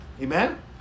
Amen